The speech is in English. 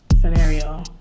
scenario